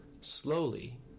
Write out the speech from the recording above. Slowly